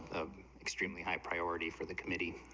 of extremely high priority for the committee